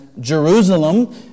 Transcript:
Jerusalem